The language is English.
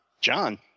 John